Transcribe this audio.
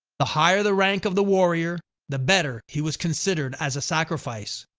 the higher the rank of the warrior the better he was considered as a sacrifice.